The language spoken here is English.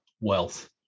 wealth